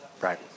Right